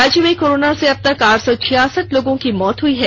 राज्य में कोरोना से अब तक आठ सौ छियासठ लोगों की मौत हुई हैं